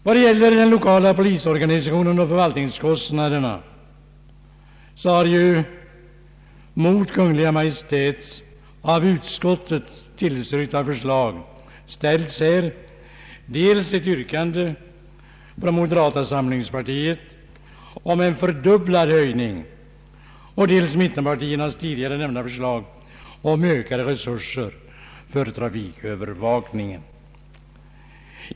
Vad gäller den lokala polisorganisationen och förvaltningskostnaderna har mot Kungl. Maj:ts av utskottet tillstyrkta förslag ställts dels ett yrkande från moderata samlingspartiet om en fördubblad höjning, dels mittenpartiernas tidigare nämnda förslag om ökade resurser för trafikövervakningen.